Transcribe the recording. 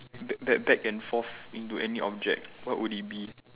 back back back and forth into any object what would it be